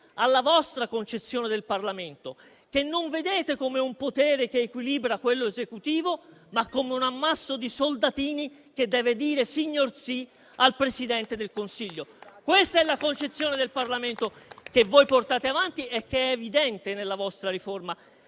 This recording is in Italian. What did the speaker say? alla vostra concezione del Parlamento, che non vedete come un potere che equilibra quello esecutivo, ma come un ammasso di soldatini che deve dire signorsì al Presidente del Consiglio: questa è la concezione del Parlamento che voi portate avanti e che è evidente nella vostra riforma.